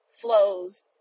flows